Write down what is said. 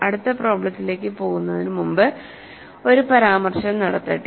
അടുത്ത പ്രോബ്ലെത്തിലേക്കു പോകുന്നതിനുമുമ്പ് ഒരു പരാമർശം നടത്തട്ടെ